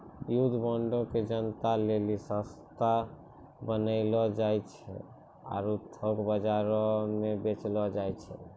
युद्ध बांडो के जनता लेली सस्ता बनैलो जाय छै आरु थोक बजारो मे बेचलो जाय छै